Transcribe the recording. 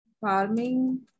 farming